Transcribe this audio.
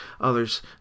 Others